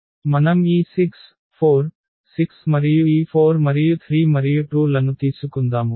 మనం ఈ 64 6 మరియు ఈ 4 మరియు 3 మరియు 2 లను తీసుకుందాము